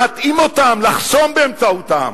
להתאים אותם, לחסום באמצעותם.